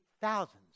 thousands